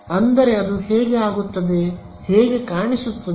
ಅಂದರೆ ಅದು ಹೇಗೆ ಆಗುತ್ತದೆ ಹೇಗೆ ಕಾಣಿಸುತ್ತದೆ